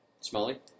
Smalley